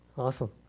awesome